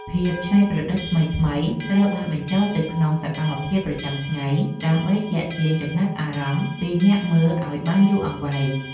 ភាពច្នៃប្រឌិតថ្មីៗត្រូវបានបញ្ចូលទៅក្នុងសកម្មភាពប្រចាំថ្ងៃដើម្បីទាក់ទាញចំណាប់អារម្មណ៍ពីអ្នកមើលឱ្យបានយូរអង្វែង។